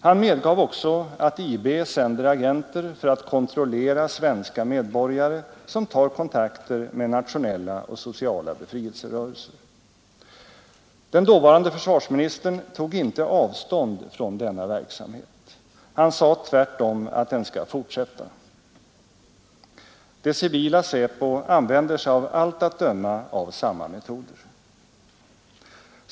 Han medgav också att IB sänder agenter för att kontrollera svenska medborgare som tar kontakter med nationella och sociala befrielserörelser. Dåvarande försvarsministern tog inte avstånd från denna verksamhet. Han sade tvärtom att den skall fortsätta. Det civila SÄPO använder sig av allt att döma av samma metoder.